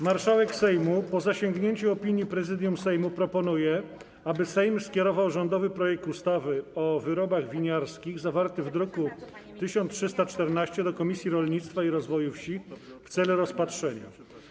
Marszałek Sejmu, po zasięgnięciu opinii Prezydium Sejmu, proponuje, aby Sejm skierował rządowy projekt ustawy o wyrobach winiarskich, zawarty w druku nr 1314, do Komisji Rolnictwa i Rozwoju Wsi w celu rozpatrzenia.